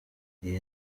iyi